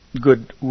good